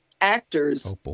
Actors